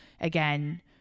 again